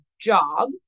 job